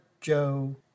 joe